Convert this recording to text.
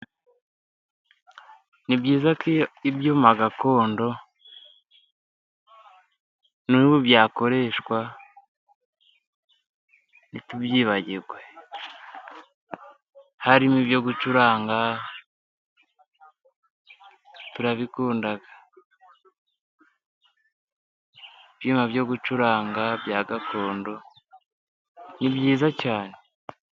Ni byiza ko ibyuma gakondo n’ubu byakoreshwa, ntitubyibagirwe. Harimo ibyo gucuranga, turabikunda. Ibyuma byo gucuranga bya gakondo ni byiza cyane.